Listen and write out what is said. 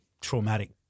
traumatic